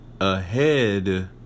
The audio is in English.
ahead